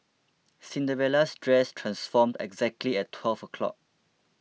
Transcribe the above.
Cinderella's dress transformed exactly at twelve o' clock